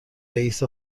رییس